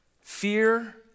Fear